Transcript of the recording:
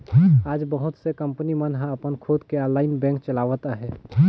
आज बहुत से कंपनी मन ह अपन खुद के ऑनलाईन बेंक चलावत हे